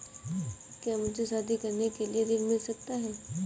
क्या मुझे शादी करने के लिए ऋण मिल सकता है?